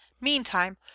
Meantime